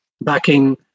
backing